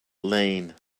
iain